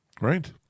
Right